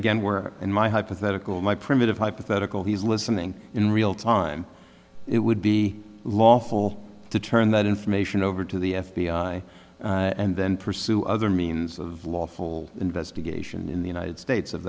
again we're in my hypothetical my primitive hypothetical he's listening in real time it would be lawful to turn that information over to the f b i and then pursue other means of lawful investigation in the united states of